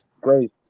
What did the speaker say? great